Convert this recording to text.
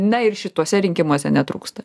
na ir šituose rinkimuose netrūksta